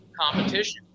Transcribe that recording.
competition